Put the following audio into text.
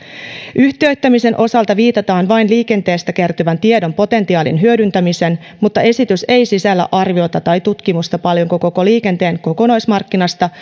yhtiöittämisen osalta viitataan vain liikenteestä kertyvän tiedon potentiaalin hyödyntämiseen mutta esitys ei sisällä arviota tai tutkimusta paljonko koko liikenteen kokonaismarkkinasta